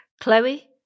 Chloe